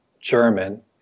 German